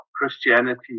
Christianity